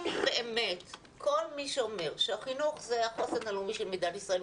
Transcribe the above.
אם באמת כל מי מההנהגה שאומר שהחינוך זה החוסן הלאומי של מדינת ישראל,